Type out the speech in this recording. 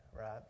right